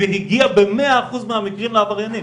והגיעה ב-100% מהמקרים לעבריינים.